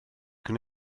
cyn